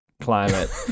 climate